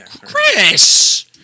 Chris